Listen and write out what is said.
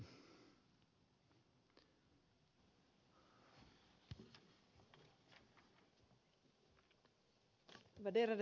ärade talman